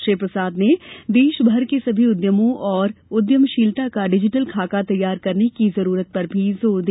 श्री प्रसाद ने देशभर के सभी उद्यमों और उद्यमशीलता का डिजिटल खाका तैयार करने की जरूरत पर भी जोर दिया